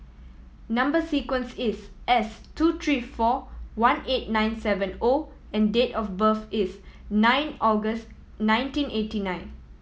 number sequence is S two three four one eight nine seven O and date of birth is nine August nineteen eighty nine